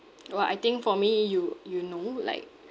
!wah! I think for me you you know like